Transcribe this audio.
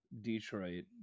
Detroit